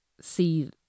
see